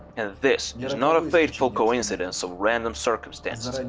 and this is not a fateful coincidence of random circumstances, and